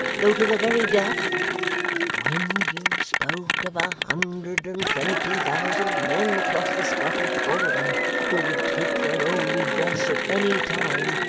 though to the very death when you spoke of a hundred and twenty thousand men across the scottish border who would take their own redress at any time,